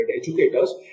educators